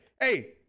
hey